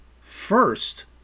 First